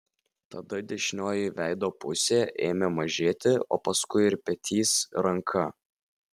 tada dešinioji veido pusė ėmė mažėti o paskui ir petys ranka